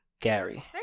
Gary